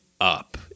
up